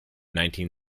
nineteen